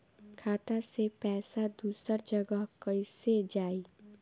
खाता से पैसा दूसर जगह कईसे जाई?